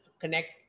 connect